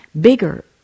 bigger